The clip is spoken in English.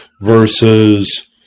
versus